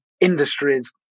industries